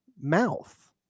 mouth